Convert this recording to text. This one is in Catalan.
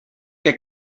que